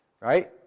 Right